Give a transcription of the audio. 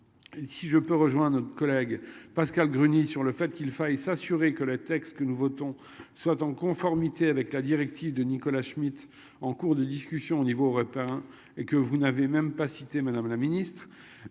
Et si je peux rejoindre notre collègue Pascale Gruny sur le fait qu'il faille s'assurer que les textes que nous votons soit en conformité avec la directive de Nicolas Schmit en cours de discussion au niveau aurait pas et que vous n'avez même pas citer Madame la Ministre